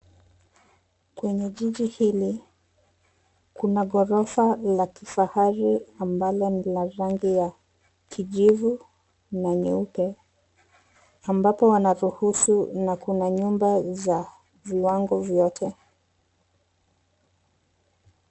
Kwenye jiji hili, kuna ghorofa la kifahari ambalo ni la rangi ya kijivu na nyeupe, ambapo wanaruhusu na kuna nyumba za viwango vyote.